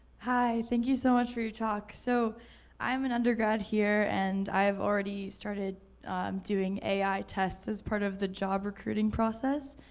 hi, thank you so much for your talk. so i'm an undergrad here, and i've already started doing ai tests as part of the job recruiting process,